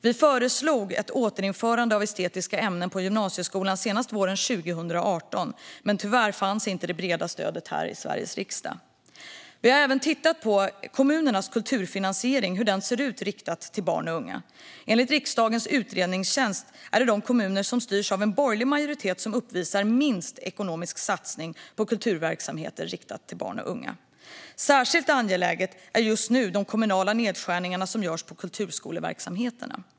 Vi föreslog ett återinförande av estetiska ämnen i gymnasieskolan senast våren 2018, men tyvärr fanns inte det breda stödet här i Sveriges riksdag. Vi har även tittat på hur kommunernas kulturfinansiering riktad till barn och unga ser ut. Enligt riksdagens utredningstjänst är det de kommuner som styrs av en borgerlig majoritet som uppvisar minst ekonomisk satsning på kulturverksamheter riktade till barn och unga. Särskilt angeläget just nu är de kommunala nedskärningarna som görs på kulturskoleverksamheterna.